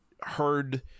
heard